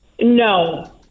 no